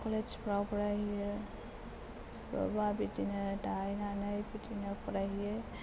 कलेजफोराव फरायहैयो सोरबा बिदिनो थाहैनानै बिदिनो फरायहैयो